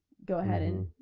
go ahead and,